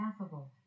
affable